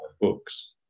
books